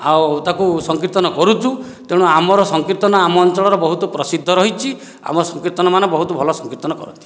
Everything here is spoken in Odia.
ଆଉ ତାକୁ ସଂକୀର୍ତ୍ତନ କରୁଛୁ ତେଣୁ ଆମର ସଂକୀର୍ତ୍ତନ ଆମ ଅଞ୍ଚଳର ବହୁତ ପ୍ରସିଦ୍ଧ ରହିଛି ଆମ ସଂକୀର୍ତ୍ତନମାନ ବହୁତ ଭଲ ସଂକୀର୍ତ୍ତନ କରନ୍ତି